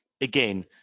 again